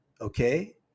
okay